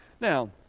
Now